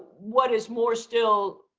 what is more still